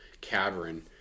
cavern